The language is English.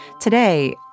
Today